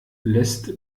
lässt